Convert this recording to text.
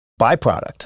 byproduct